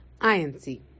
INC